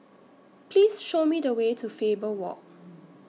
Please Show Me The Way to Faber Walk